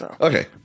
Okay